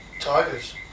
Tigers